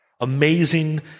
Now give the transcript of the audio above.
amazing